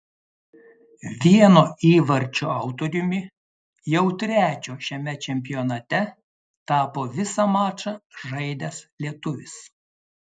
vieno įvarčio autoriumi jau trečio šiame čempionate tapo visą mačą žaidęs lietuvis